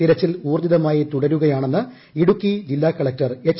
തിരച്ചിൽ ഊർജ്ജിതമായി തുടരുകയാണെന്ന് ഇടുക്കി ജില്ലാ കളക്ടർ എച്ച്